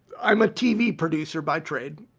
i'm a tv producer by trade.